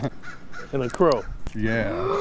and crow yeah.